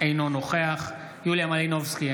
אינו נוכח יוליה מלינובסקי,